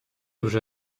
вже